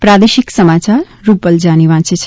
પ્રાદેશિક સમાયાર રૂપલ જાની વાંચે છે